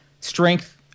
strength –